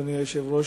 אדוני היושב-ראש,